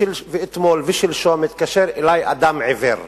ואתמול ושלשום התקשר אלי אדם עיוור מעזה,